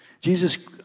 Jesus